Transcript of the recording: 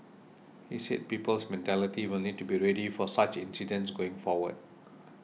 he said people's mentality will need to be ready for such incidents going forward